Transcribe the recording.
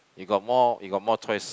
you got more you got more choice